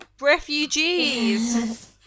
refugees